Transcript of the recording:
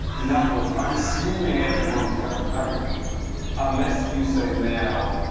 in other words, i'm assuming everyone's going home unless you say now,